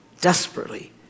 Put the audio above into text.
Desperately